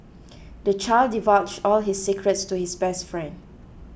the child divulged all his secrets to his best friend